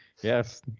yes